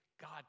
God